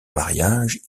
mariage